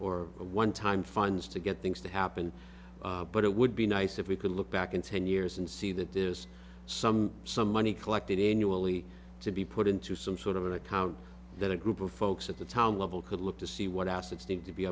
a one time funds to get things to happen but it would be nice if we could look back in ten years and see that there's some some money collected in you only to be put into some sort of an account that a group of folks at the town level could look to see what